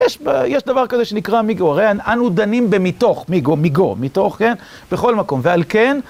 יש דבר כזה שנקרא מיגו, הרי אנו דנים במתוך מיגו, מיגו, מתוך כן, בכל מקום ועל כן.